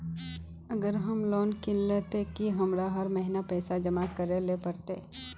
अगर हम लोन किनले ते की हमरा हर महीना पैसा जमा करे ले पड़ते?